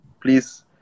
Please